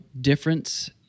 difference